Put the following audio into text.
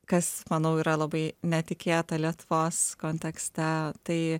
kas manau yra labai netikėta lietuvos kontekste tai